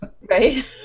Right